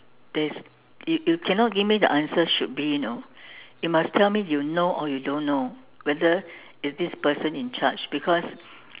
there's you you cannot give me the answer should be you know you must tell me you know or you don't know whether is this person in charge because